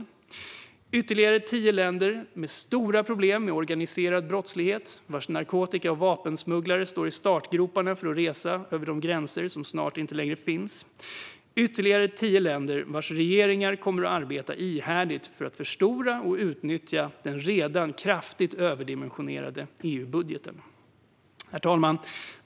Det innebär ytterligare tio länder med stora problem med organiserad brottslighet, vilkas narkotika och vapensmugglare står i startgroparna för att resa fritt över de gränser som snart inte finns. Det gäller ytterligare tio länder vilkas regeringar kommer att arbeta ihärdigt för att förstora och utnyttja den redan kraftigt överdimensionerade EU-budgeten. Herr talman!